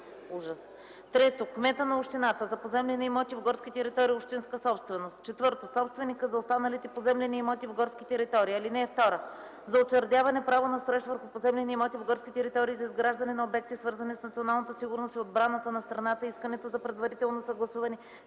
1; 3. кмета на общината – за поземлени имоти в горски територии - общинска собственост; 4. собственика – за останалите поземлени имоти в горски територии. (2) За учредяване право на строеж върху поземлени имоти в горски територии за изграждане на обекти, свързани с националната сигурност и отбраната на страната, искането за предварително съгласуване